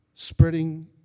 spreading